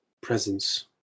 Presence